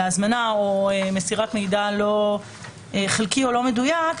מסירת מידע חלקי או לא מדויק,